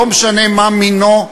לא משנה מה מינו,